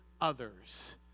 others